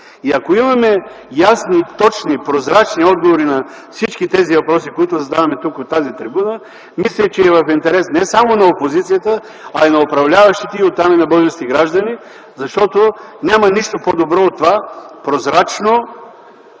Ако имаме ясни, точни и прозрачни отговори на всички въпроси, които задаваме тук, от тази трибуна, мисля, че е в интерес не само на опозицията, но и на управляващите, оттам и на българските граждани, защото няма нищо по-добро от това прозрачно